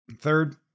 Third